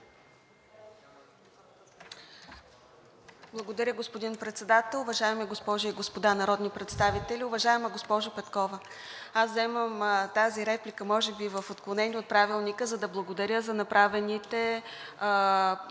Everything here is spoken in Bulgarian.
Благодаря, господин Председател. Уважаеми госпожи и господа народни представители! Уважаема госпожо Петкова, аз вземам тази реплика може би в отклонение от Правилника, за да благодаря за направените